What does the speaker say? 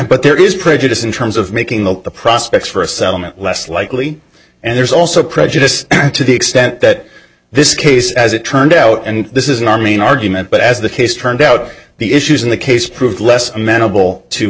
but there is prejudice in terms of making the prospects for a settlement less likely and there's also prejudice to the extent that this case as it turned out and this is normally an argument but as the case turned out the issues in the case proved less amenable to